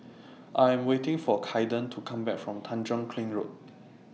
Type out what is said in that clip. I Am waiting For Kaiden to Come Back from Tanjong Kling Road